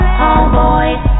homeboys